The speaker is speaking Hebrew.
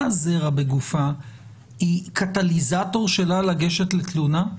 זרע בגופה היא קטליזטור שלה לגשת לתלונה?